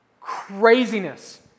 Craziness